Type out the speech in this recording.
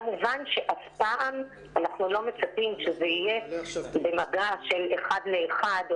כמובן שאף פעם אנחנו לא מצפים שזה יהיה במגע של אחד לאחד או